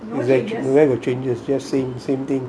is like where got changes just same same thing